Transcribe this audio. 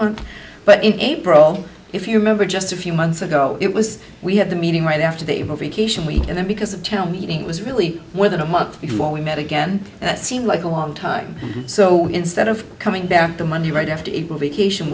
months but in april if you remember just a few months ago it was we had the meeting right after they were vacation week and then because of tell meeting was really more than a month before we met again it seemed like a long time so instead of coming back to monday right after it will be cation